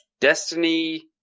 Destiny